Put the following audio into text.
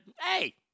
hey